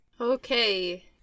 Okay